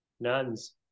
nuns